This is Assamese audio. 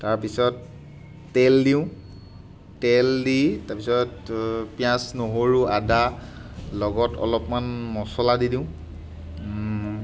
তাৰপিছত তেল দিওঁ তেল দি তাৰপিছত পিঁয়াজ নহৰু আদা লগত অলপমান মছলা দি দিওঁ